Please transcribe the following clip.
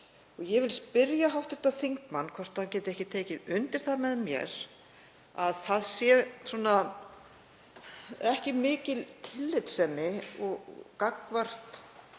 Ég vil spyrja hv. þingmann hvort hann geti ekki tekið undir það með mér að það sé ekki mikil tillitssemi gagnvart